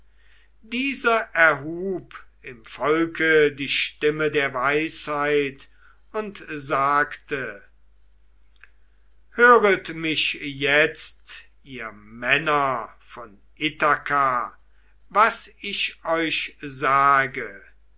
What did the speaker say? dieser erhub im volk die stimme der weisheit und sagte höret mich jetzt ihr männer von ithaka was ich euch sage